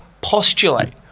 postulate